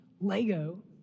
Lego